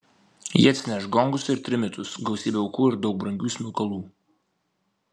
jie atsineš gongus ir trimitus gausybę aukų ir daug brangių smilkalų